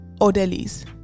orderlies